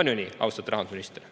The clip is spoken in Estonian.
On ju nii, austatud rahandusminister?